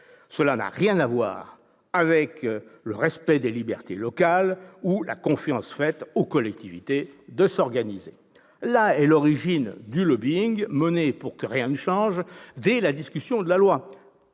Cela n'a rien à voir avec le respect des libertés locales ou la confiance faite aux collectivités de s'organiser. Voilà l'origine du lobbying mené pour que rien ne change dès la discussion de la loi.